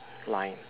line